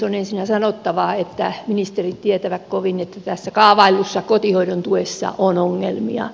on ensinnä sanottava että ministerit tietävät kovin että tässä kaavaillussa kotihoidon tuessa on ongelmia